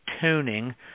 tuning